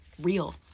real